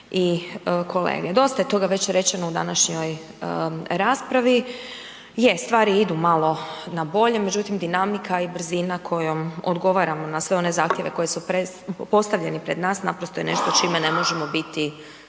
i kolege. Dosta je toga već rečeno u današnjoj raspravi. Je, stvari idu malo na bolje, međutim dinamika i brzina kojom odgovaramo na sve one zahtjeve koji su postavljeni pred nas, naprosto je nešto čime ne možemo biti